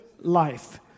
life